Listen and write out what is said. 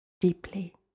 deeply